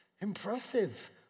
Impressive